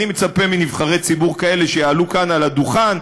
אני מצפה מנבחרי ציבור כאלה שיעלו כאן על הדוכן,